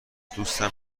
دوستم